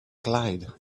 clyde